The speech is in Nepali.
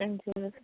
हजुर